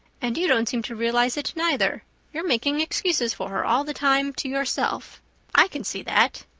and you don't seem to realize it, neither you're making excuses for her all the time to yourself i can see that.